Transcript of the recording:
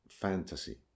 fantasy